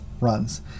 runs